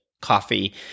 coffee